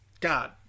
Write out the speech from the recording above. God